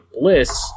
Bliss